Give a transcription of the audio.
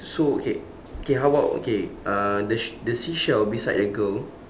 so okay okay how about okay uh the sh~ the seashell beside the girl